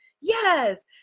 Yes